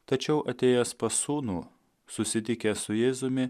tačiau atėjęs pas sūnų susitikęs su jėzumi